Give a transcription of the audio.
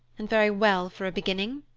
and very well for a beginning,